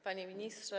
Panie Ministrze!